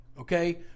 okay